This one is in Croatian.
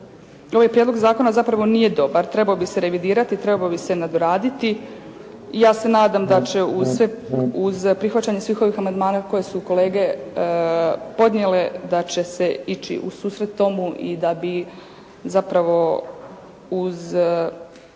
ovaj prijedlog zakona zapravo nije dobar. Trebao bi se revidirati, trebao bi se nadoraditi. Ja se nadam da će uz sve, uz prihvaćanje svih ovih amandmana koje su kolege podnijele da će se ići u susret tomu i da bi zapravo uz